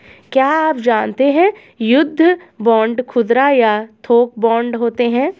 क्या आप जानते है युद्ध बांड खुदरा या थोक बांड होते है?